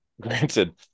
granted